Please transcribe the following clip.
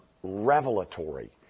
revelatory